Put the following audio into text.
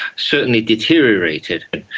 certainly deteriorated.